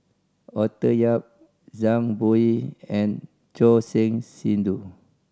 Arthur Yap Zhang Bohe and Choor Singh Sidhu